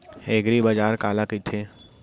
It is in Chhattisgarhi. एगरीबाजार काला कहिथे?